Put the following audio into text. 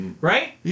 Right